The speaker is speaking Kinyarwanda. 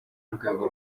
n’urwego